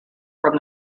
from